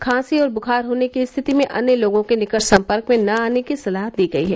खांसी और बुखार होने की स्थिति में अन्य लोगों के निकट संपर्क में न आने की सलाह दी गई है